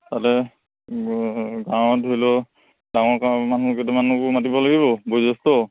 তাতে গাঁৱত ধৰি ল গাঁৱৰ গাঁৱৰ মানুহ কেইটামানকো মাতিব লাগিব বয়োজ্যেষ্ঠ